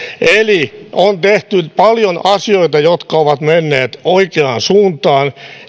on tehty paljon asioita jotka ovat vieneet oikeaan suuntaan